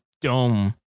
dome